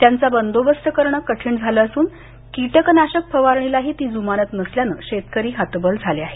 त्यांचा बंदोबस्त करणं कठीण झालं असून कीटकनाशक फवारणीला ती जुमानत नसल्यानं शेतकरी हतबल झाले आहेत